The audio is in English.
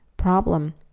problem